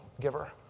giver